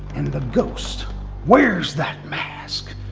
and the ghost wears that mask.